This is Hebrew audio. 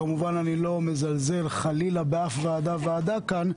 כמובן אני לא מזלזל חלילה באף ועדה וועדה כאן,